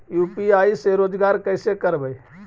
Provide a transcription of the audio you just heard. UPI से रोजगार कैसे करबय?